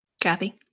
Kathy